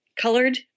colored